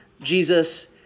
Jesus